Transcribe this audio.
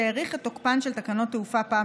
שהאריך את תוקפן של תקנות תעופה פעם